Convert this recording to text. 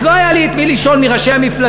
אז לא היה לי את מי לשאול מראשי המפלגה.